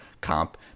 comp